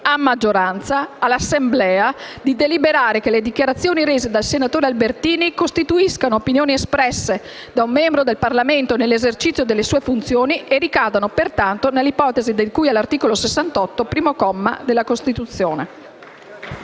a maggioranza, all'Assemblea di deliberare che le dichiarazioni rese dal senatore Albertini costituiscono opinioni espresse da un membro del Parlamento nell'esercizio delle sue funzioni e ricadono pertanto nell'ipotesi di cui all'articolo 68, primo comma, della Costituzione.